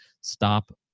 stop